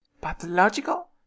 Pathological